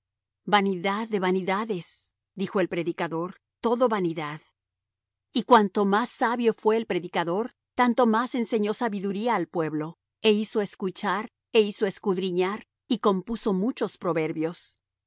vanidad de vanidades dijo el predicador todo vanidad y cuanto más sabio fué el predicador tanto más enseñó sabiduría al pueblo é hizo escuchar é hizo escudriñar y compuso muchos proverbios